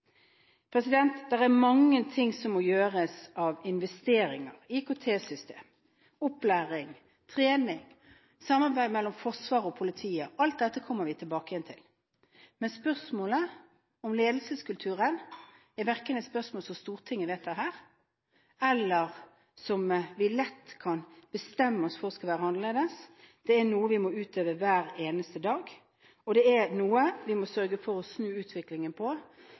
er mye som må gjøres når det gjelder investeringer: IKT-system, opplæring, trening, samarbeid mellom Forsvaret og politiet. Alt dette kommer vi tilbake til. Men spørsmålet om ledelseskulturen er verken noe Stortinget vedtar, eller noe vi lett kan bestemme oss for skal være annerledes. Ledelse er noe vi må utøve hver eneste dag, og vi må sørge for å snu utviklingen